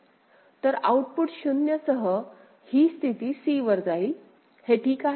तर आउटपुट 0 सह ही स्थिती c वर राहील हे ठीक आहे